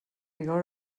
vigor